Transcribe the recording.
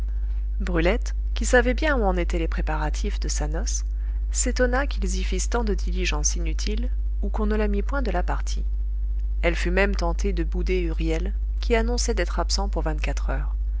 brulette qui savait bien où en étaient les préparatifs de sa noce s'étonna qu'ils y fissent tant de diligence inutile ou qu'on ne la mît point de la partie elle fut même tentée de bouder huriel qui annonçait d'être absent pour vingt-quatre heures